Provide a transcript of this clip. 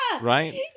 right